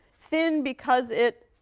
thin because it